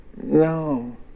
No